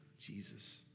Jesus